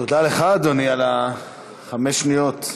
תודה לך, אדוני, על החמש שניות.